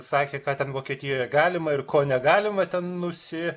sakė kad ten vokietijoje galima ir ko negalima ten nusi